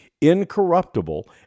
incorruptible